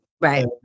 right